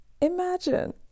Imagine